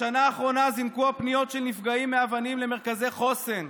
בשנה האחרונה זינקו הפניות של נפגעים מאבנים למרכזי חוסן.